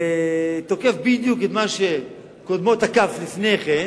ותוקף בדיוק את מה שקודמו תקף לפני כן,